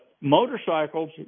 motorcycles